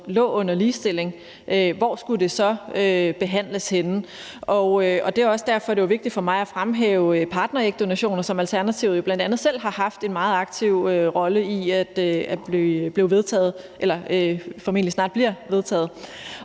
under ligestilling, for hvor skulle det ellers behandles henne? Det er også derfor, at det var vigtigt for mig at fremhæve partnerægdonationer, som Alternativet jo bl.a. selv har haft en meget aktiv rolle i formentlig snart bliver vedtaget.